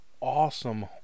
awesome